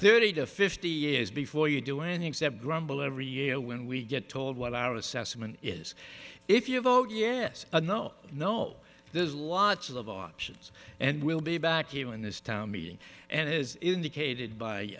thirty to fifty years before you do any except grumble every year when we get told what our assessment is if you vote yes or no no there's lots of options and we'll be back even in this town meeting and is indicated